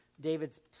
David's